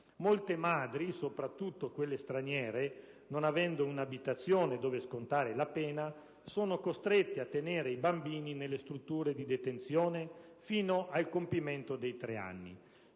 Molte madri, soprattutto quelle straniere, non avendo un'abitazione dove scontare la pena sono costrette a tenere i bambini nelle strutture di detenzione fino al compimento dei tre anni;